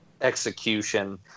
execution